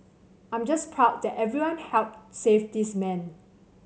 I'm just proud that everyone helped save this man